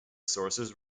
sources